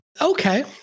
Okay